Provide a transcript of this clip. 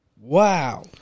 Wow